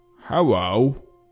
hello